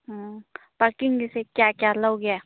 ꯑꯣ ꯄꯥꯔꯀꯤꯡꯒꯤꯁꯦ ꯀꯌꯥ ꯀꯌꯥ ꯂꯧꯒꯦ